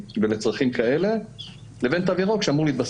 תודה לכל המצטרפים לדיון שאנחנו זימנו